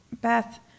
Beth